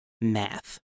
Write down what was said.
math